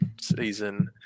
season